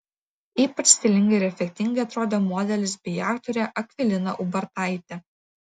ypač stilingai ir efektingai atrodė modelis bei aktorė akvilina ubartaitė